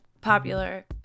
popular